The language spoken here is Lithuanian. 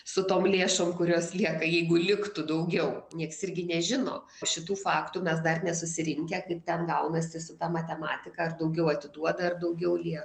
su tom lėšom kurios lieka jeigu liktų daugiau nieks irgi nežino šitų faktų mes dar nesusirinkę kaip ten gaunasi su ta matematika ar daugiau atiduoda ar daugiau lieka